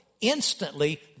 instantly